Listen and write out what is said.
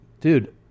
dude